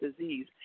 disease